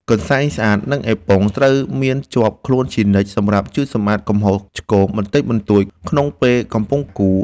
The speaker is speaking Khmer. កន្សែងស្អាត និងអេប៉ុង ត្រូវមានជាប់ខ្លួនជានិច្ចសម្រាប់ជូតសម្អាតកំហុសឆ្គងបន្តិចបន្តួចក្នុងពេលកំពុងកូរ។